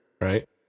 right